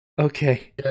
Okay